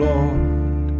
Lord